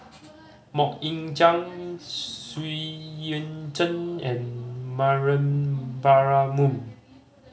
Mok Ying Jang Xu Yuan Zhen and Mariam Baharom